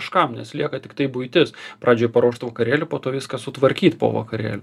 kažkam nes lieka tiktai buitis pradžioj paruošt vakarėlį po to viską sutvarkyt po vakarėl